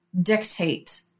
dictate